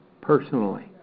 personally